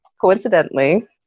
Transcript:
Coincidentally